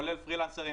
כולל פרילנסרים